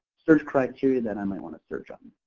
search criteria that i might want to search on.